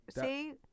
see